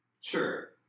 Sure